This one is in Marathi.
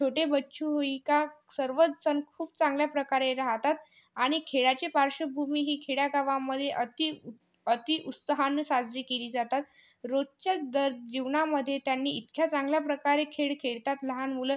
छोटे बच्चू इका सर्वचजण खूप चांगल्या प्रकारे राहातात आणि खेळाची पार्श्वभूमी ही खेड्यागावामध्ये अति अतिउत्साहानं साजरी केली जातात रोजच्याच दर जीवनामध्ये त्यांनी इतक्या चांगल्या प्रकारे खेळ खेळतात लहान मुलं